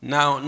Now